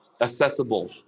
accessible